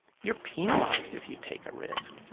you're penalized if you take a risk,